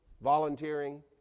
volunteering